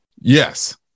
yes